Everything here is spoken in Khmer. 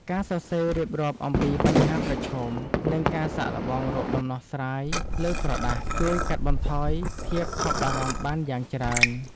ការសរសេររៀបរាប់អំពីបញ្ហាប្រឈម និងការសាកល្បងរកដំណោះស្រាយលើក្រដាស ជួយកាត់បន្ថយភាពថប់បារម្ភបានយ៉ាងច្រើន។